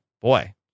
Boy